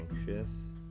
anxious